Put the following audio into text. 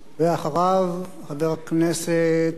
ואחריו, חבר הכנסת